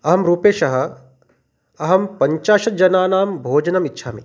अहं रूपेशः अहं पञ्चाशत् जनानां भोजनम् इच्छामि